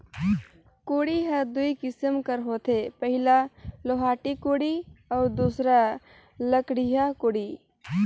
कोड़ी हर दुई किसिम कर होथे पहिला लोहाटी कोड़ी अउ दूसर लकड़िहा कोड़ी